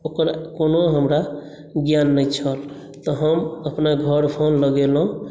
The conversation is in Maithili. ओकर कोनो हमरा ज्ञान नहि छल तऽ हम अपना घर फोन लगेलहुँ